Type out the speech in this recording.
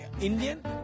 Indian